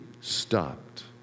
stopped